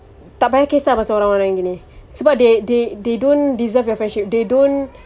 tak payah kisah pasal orang-orang yang gini sebab they they they don't deserve your friendship they don't